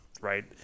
right